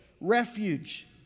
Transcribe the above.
refuge